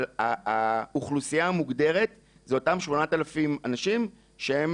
אבל האוכלוסייה המוגדרת היא אותם 8,000 אנשים שהם